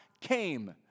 came